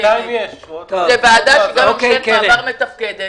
הוועדה מתפקדת.